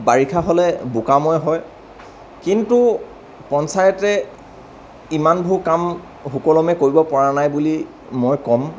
বাৰিষা হ'লে বোকাময় হয় কিন্তু পঞ্চায়তে ইমানবোৰ কাম সুকলমে কৰিব পৰা নাই বুলি মই কম